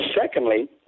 Secondly